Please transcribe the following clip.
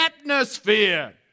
atmosphere